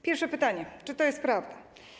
Pierwsze pytanie: Czy to jest prawda?